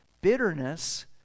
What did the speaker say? Bitterness